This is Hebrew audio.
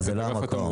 זה לא המקום.